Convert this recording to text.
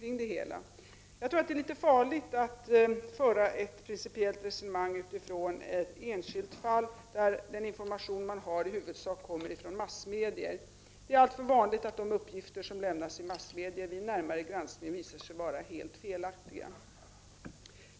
Jag tror att det är litet farligt att föra ett principiellt resonemang utifrån ett enskilt fall, när den information som man har huvudsakligen kommer från massmedier. Det är alltför vanligt att de uppgifter som lämnas i massmedier vid närmare granskning visar sig vara helt felaktiga.